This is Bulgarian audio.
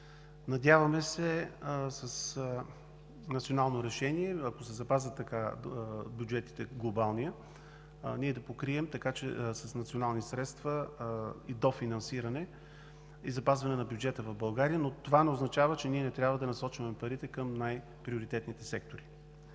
Надяваме се с национално решение, ако се запази глобалният бюджет, да покрием с национални средства и дофинансиране, и запазване на бюджета в България, но това не означава, че ние не трябва да насочваме парите към най-приоритетните сектори.